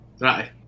Right